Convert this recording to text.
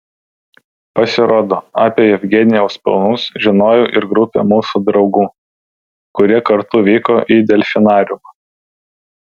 pasirodo apie jevgenijaus planus žinojo ir grupė mūsų draugų kurie kartu vyko į delfinariumą